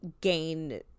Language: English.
gain